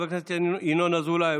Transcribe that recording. חבר הכנסת ינון אזולאי,